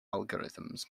algorithms